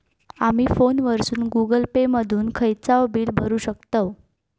आमी फोनवरसून Google Pay मधून खयचाव बिल भरुक शकतव